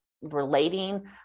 relating